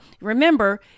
remember